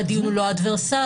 הדיון הוא לא אדברסרי.